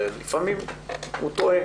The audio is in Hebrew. ולפעמים הוא טועה